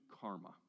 karma